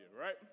right